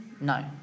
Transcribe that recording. No